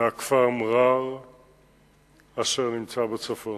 מהכפר מע'אר אשר בצפון.